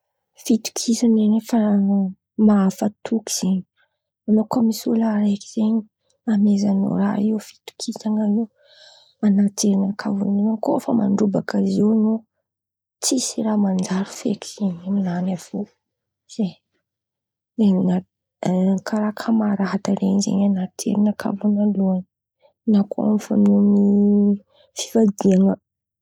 Fitokisan̈a an̈ao fa mahafatoky zen̈y, olo kô misy olo araiky zen̈y amezan̈ao raha io fitokisan̈a an̈ao an̈aty jerinakà vônaloan̈y kô fa mandrobaka izy io an̈ao tsisy raha manjary feky zen̈y aminany avy eo, zay. Ne eo àby karàha kamarady ren̈y zen̈y an̈aty jerinakà vônaloan̈y na koa fan̈ao amy fivadian̈a.